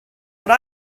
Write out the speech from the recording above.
what